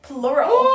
Plural